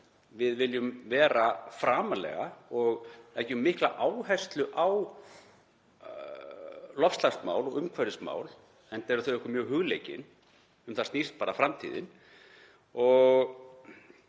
við viljum vera framarlega og leggjum mikla áherslu á loftslagsmál og umhverfismál, enda eru þau okkur mjög hugleikin. Um það snýst framtíðin.